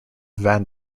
van